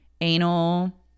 anal